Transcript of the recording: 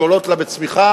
שעולות לה בצמיחה,